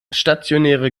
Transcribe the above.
stationäre